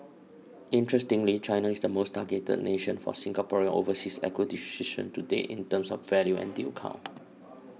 interestingly China is the most targeted nation for Singaporean overseas acquisitions to date in terms of value and deal count